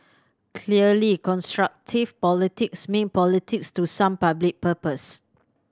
clearly constructive politics mean politics to some public purpose